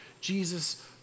Jesus